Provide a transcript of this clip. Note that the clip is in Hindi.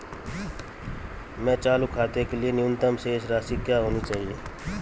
मेरे चालू खाते के लिए न्यूनतम शेष राशि क्या होनी चाहिए?